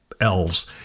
elves